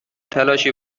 تلاشی